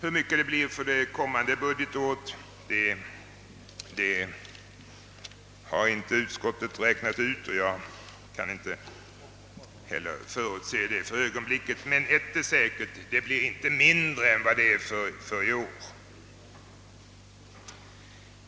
Utskottet har inte räknat ut hur mycket det blir för det kommande budgetåret och jag kan inte heller själv säga något därom för ögonblicket. Ett är emellertid säkert: det blir inte mindre än i år.